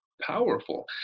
powerful